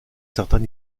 certain